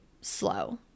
slow